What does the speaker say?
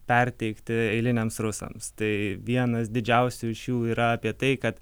perteikti eiliniams rusams tai vienas didžiausių iš jų yra apie tai kad